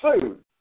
food